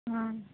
आं